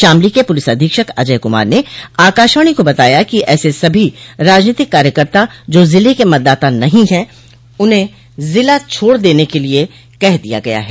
शामली के पुलिस अधीक्षक अजय कुमार ने आकाशवाणी को बताया कि ऐसे सभी राजनीतिक कार्यकर्ता जो जिले के मतदाता नहीं है उन्हें जिला छोड़ देने के लिये कह दिया गया है